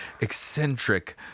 eccentric